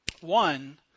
One